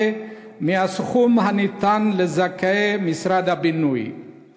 מהסכום הניתן לזכאי משרד הבינוי והשיכון.